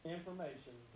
Information